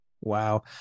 wow